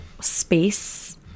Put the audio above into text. space